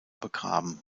begraben